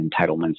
entitlements